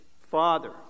Father